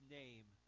name